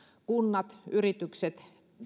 kunnat yritykset